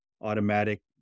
automatic